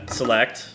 select